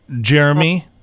Jeremy